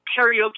karaoke